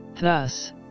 thus